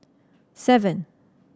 seven